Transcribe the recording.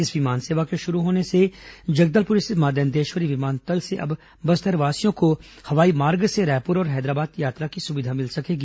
इस विमान सेवा के शुरू होने से जगदलपुर स्थित मां दंतेश्वरी विमानतल से अब बस्तरवासियों को हवाई मार्ग से रायपुर और हैदराबाद यात्रा की सुविधा मिल सकेगी